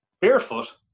barefoot